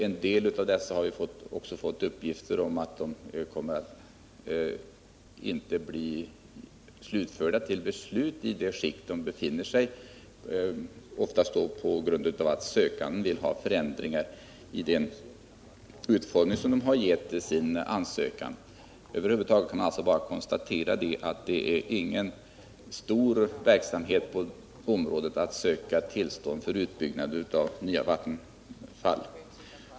Om vissa av ärendena har vi fått uppgift om att de inte kommer att bli föremål för beslut i det skick som de nu befinner sig i. Oftast beror det på att sökanden vill ha en ändring av utformningen av ansökan. Över huvud taget kan man konstatera att det inte är någon större verksamhet på det område som gäller tillstånd för utbyggnad av nya vattenfall.